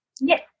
Yes